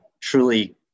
truly